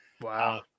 Wow